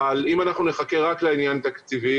אבל אם אנחנו נחכה רק לעניין התקציבי,